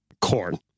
corn